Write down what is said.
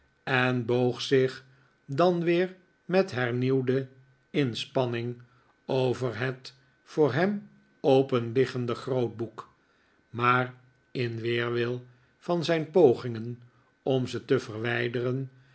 en boog zich dan weer met hernieuwde inspanning over het voor hem open liggende grootboek maar in weerwil van zijn pogingen om ze te verwijderen